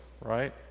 right